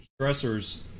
stressors